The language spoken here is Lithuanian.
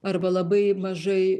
arba labai mažai